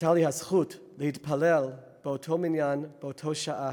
הייתה לי הזכות להתפלל באותו מניין באותה שעה.